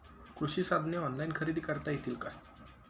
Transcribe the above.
कृषी साधने ऑनलाइन खरेदी करता येतील का?